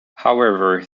however